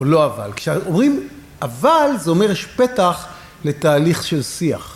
או לא אבל. כשאומרים אבל זה אומר יש פתח לתהליך של שיח